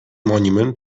monument